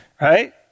right